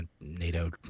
NATO